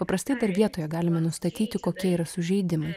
paprastai dar vietoje galime nustatyti kokie yra sužeidimai